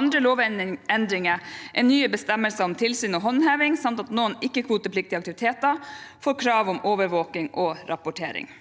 Andre lovendringer er nye bestemmelser om tilsyn og håndheving samt at noen ikke-kvotepliktige aktiviteter får krav om overvåking og rapportering.